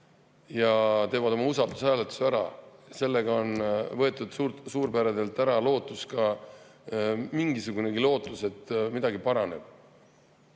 ja teevad oma usaldushääletuse ära. Sellega on võetud suurperedelt ära lootus, mingisugunegi lootus, et midagi paraneb.